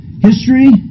history